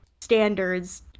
standards